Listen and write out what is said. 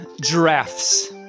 giraffes